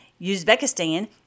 Uzbekistan